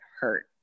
hurt